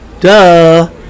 Duh